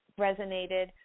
resonated